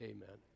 Amen